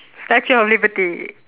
statue of liberty